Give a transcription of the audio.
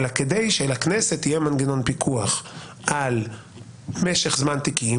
אלא כדי שלכנסת יהיה מנגנון פיקוח על משך זמן תיקים.